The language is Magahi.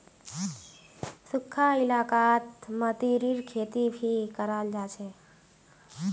सुखखा इलाकात मतीरीर खेती भी कराल जा छे